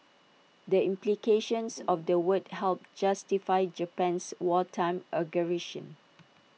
the implications of the word helped justify Japan's wartime aggression